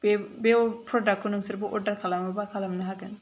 बे बे प्रडाक्टखौ नोंसोरो अर्दार खालामोबा खालामनो हागोन